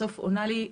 עונה לי בחורה.